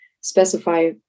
specify